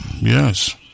yes